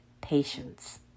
patience